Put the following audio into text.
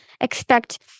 expect